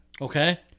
okay